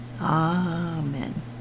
Amen